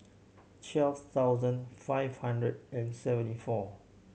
twelve thousand five hundred and seventy four